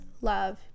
love